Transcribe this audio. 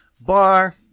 Bar